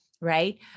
right